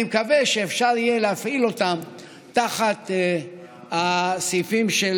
אני מקווה שאפשר יהיה להפעיל אותם תחת הסעיפים של